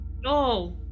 No